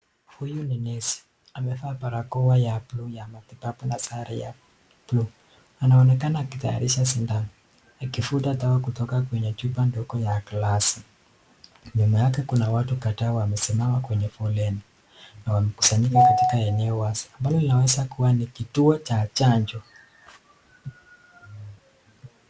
Huyu ni nesi. Amevaa barakoa ya buluu ya matibabu na sare ya buluu. Anaonekana akitayarisha sindano, akivuta dawa kutoka kwenye chupa ndogo ya glasi. Nyuma yake kuna watu kadhaa wamesimama kwenye foleni na wamekusanyika katika eneo wazi. Pale inaeza kuwa kituo cha chanjo.